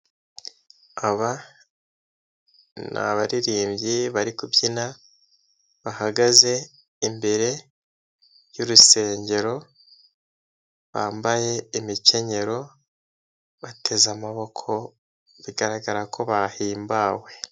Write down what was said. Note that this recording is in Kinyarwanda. Aba ni baririmbyi bari kubyina, bahagaze imbere y'urusengero, bambaye imikenyero bateze amaboko bigaragara ko bahimbawe.